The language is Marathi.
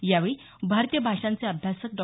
यावेळी भारतीय भाषांचे अभ्यासक डॉ